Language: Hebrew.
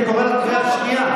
אני קורא אותך בקריאה שנייה.